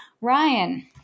Ryan